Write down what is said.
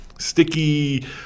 sticky